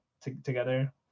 together